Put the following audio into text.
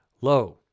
low